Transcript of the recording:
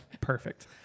Perfect